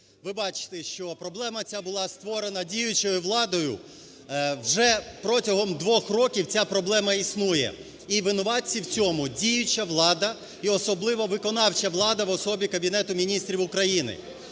Ви бачите, що проблема ця була створена діючою владою, вже протягом двох років ця проблема існує, і винуватці в цьому - діюча влада, і особливо виконавча влада в особі Кабінету Міністрів України.